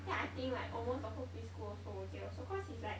then I think like almost the whole pre school also will get also cause it's like